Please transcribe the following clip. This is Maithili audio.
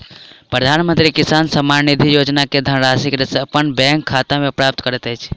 प्रधानमंत्री किसान सम्मान निधि योजना के धनराशि कृषक अपन बैंक खाता में प्राप्त करैत अछि